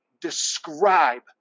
Describe